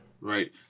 Right